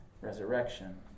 resurrection